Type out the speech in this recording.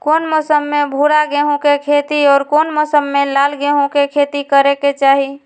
कौन मौसम में भूरा गेहूं के खेती और कौन मौसम मे लाल गेंहू के खेती करे के चाहि?